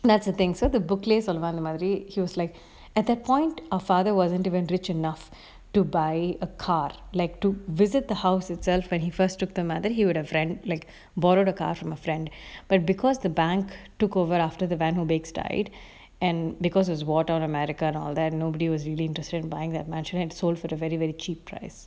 that's the thing so the book லையே சொல்லுவான் அந்த மாறி:laye solluvan antha mari he was like at that point our father wasn't even rich enough to buy a cart like to visit the house itself when he first took them mah then he would have rent like borrow a car from a friend but because the bank took over after the vanhookbak died and because it's war time america and all that nobody was really interested in buying that mantion it sold for a very very cheap price